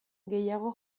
gehiago